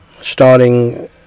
starting